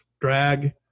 drag